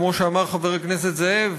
כמו שאמר חבר הכנסת זאב,